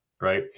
right